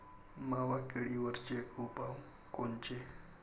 मावा किडीवरचे उपाव कोनचे?